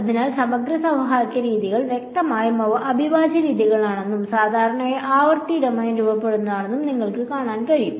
അതിനാൽ സമഗ്ര സമവാക്യ രീതികൾ വ്യക്തമായും അവ അവിഭാജ്യ രീതികളാണെന്നും സാധാരണയായി ആവൃത്തി ഡൊമെയ്ൻ രൂപപ്പെടുത്തിയതാണെന്നും നിങ്ങൾക്ക് കാണാൻ കഴിയും